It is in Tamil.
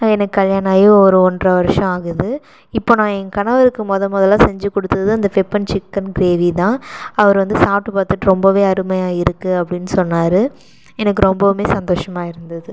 எனக்கு கல்யாணம் ஆகி ஒரு ஒன்றரை வருடம் ஆகுது இப்போது நான் என் கணவருக்கு முதல் மொதலில் செஞ்சு கொடுத்தது அந்த பெப்பன் சிக்கன் கிரேவி தான் அவர் வந்து சாப்பிட்டு பார்த்துட்டு ரொம்பவே அருமையாக இருக்குது அப்படின்னு சொன்னார் எனக்கு ரொம்பவும் சந்தோஷமாக இருந்தது